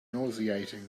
nauseating